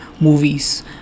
Movies